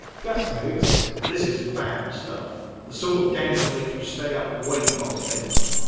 gus notes this is fab stuff the sort of game to make you stay up way past bed time.